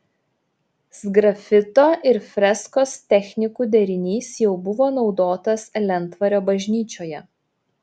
sgrafito ir freskos technikų derinys jau buvo naudotas lentvario bažnyčioje